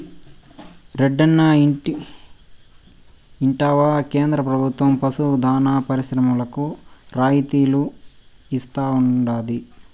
రెడ్డన్నా ఇంటివా కేంద్ర ప్రభుత్వం పశు దాణా పరిశ్రమలకు రాయితీలు ఇస్తా ఉండాది